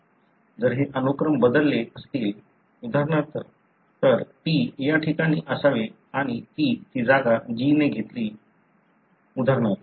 जर हे अनुक्रम बदलले असतील उदाहरणार्थ तर T या ठिकाणी असावे आणि T ची जागा G ने घेतली उदाहरणार्थ